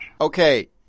Okay